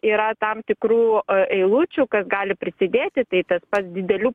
yra tam tikrų eilučių kas gali prisidėti tai tas pats didelių